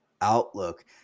outlook